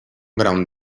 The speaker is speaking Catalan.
gran